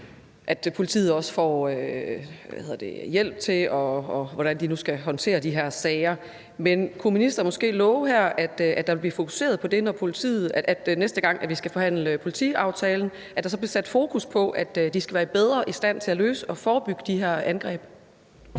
at politiet også får hjælp til, hvordan de nu skal håndtere de her sager, men kunne ministeren måske love her, at der vil blive fokuseret på det, altså at der, næste gang vi skal forhandle politiaftalen, vil blive sat fokus på, at de skal være bedre i stand til at løse det og forebygge de her angreb?